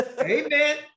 Amen